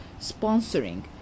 sponsoring